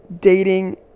dating